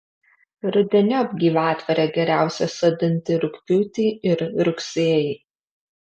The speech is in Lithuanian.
rudeniop gyvatvorę geriausia sodinti rugpjūtį ir rugsėjį